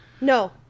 no